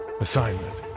Assignment